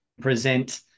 present